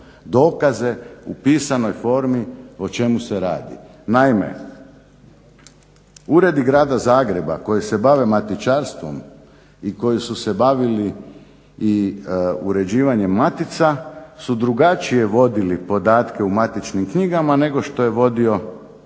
dokaze u pisanoj formi o čemu se radi. Naime, uredi Grada Zagreba koji se bave matičarstvom i koji su se bavili i uređivanjem matica su drugačije vodili podatke u matičnim knjigama nego što je vodio